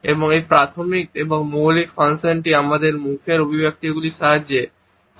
এবং এই প্রাথমিক এবং মৌলিক ফাংশনটি আমাদের মুখের অভিব্যক্তিগুলির সাহায্যে সঞ্চালিত হয়